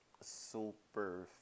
super